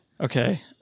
Okay